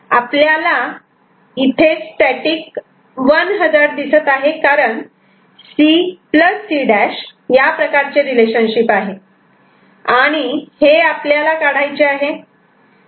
आपल्याला इथे static 1 hazard दिसत आहे कारण C C' या प्रकारचे रिलेशनशिप आहे आणि हे आपल्याला काढायचे आहे